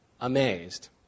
Amazed